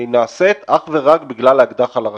היא נעשית אך ורק בגלל האקדח על הרקה.